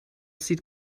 sieht